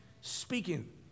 speaking